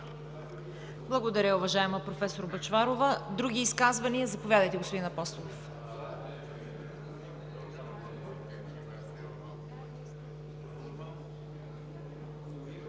Благодаря, уважаема проф. Бъчварова. Други изказвания? Заповядайте, господин Апостолов.